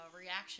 reaction